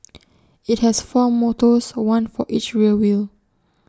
IT has four motors one for each rear wheel